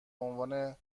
عنوان